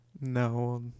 No